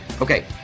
Okay